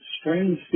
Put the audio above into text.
strange